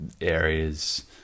areas